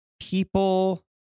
people